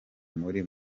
muri